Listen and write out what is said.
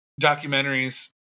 documentaries